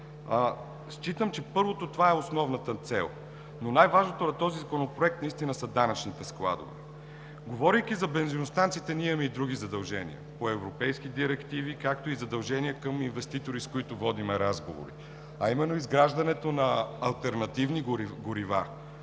Считам, че първото – това е основната цел, но най важното на този законопроект наистина са данъчните складове. Говорейки за бензиностанциите, ние имаме и други задължения по европейски директиви както и задължения към инвеститори, с които водим разговори, а именно изграждането на алтернативни горива.